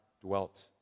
dwelt